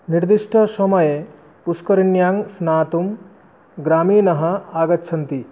निर्दिष्टसमये पुष्करिण्यां स्नातुं ग्रामीणाः आगच्छन्ति